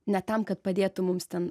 ne tam kad padėtų mums ten